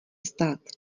stát